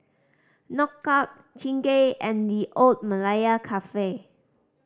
Knockout Chingay and The Old Malaya Cafe